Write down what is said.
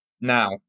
now